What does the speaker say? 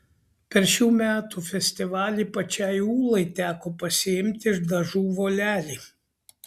per šių metų festivalį pačiai ūlai teko pasiimti dažų volelį